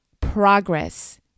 progress